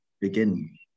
begin